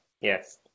yes